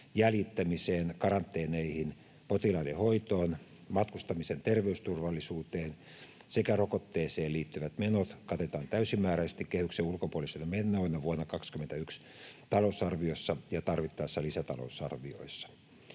jäljittämiseen, karanteeneihin, potilaiden hoitoon, matkustamisen terveysturvallisuuteen sekä rokotteeseen liittyvät menot, katetaan täysimääräisesti kehyksen ulkopuolisina menoina vuoden 21 talousarviossa ja tarvittaessa lisätalousarvioissa.